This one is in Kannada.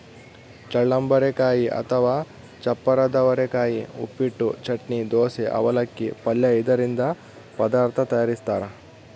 ಚಳ್ಳಂಬರೆಕಾಯಿ ಅಥವಾ ಚಪ್ಪರದವರೆಕಾಯಿ ಉಪ್ಪಿಟ್ಟು, ಚಟ್ನಿ, ದೋಸೆ, ಅವಲಕ್ಕಿ, ಪಲ್ಯ ಇದರಿಂದ ಪದಾರ್ಥ ತಯಾರಿಸ್ತಾರ